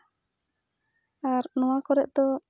ᱟᱨ ᱱᱚᱣᱟ ᱠᱚᱨᱮ ᱫᱚ